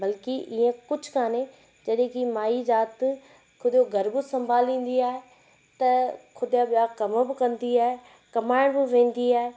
बल्कि ईअं कुझु काने जॾहिं कि माईं ज़ाति ख़ुदि जो गर्भ संभालींदी आहे त ख़ुदि जा ॿिया कम बि कंदी आहे कमाइण बि वेंदी आहे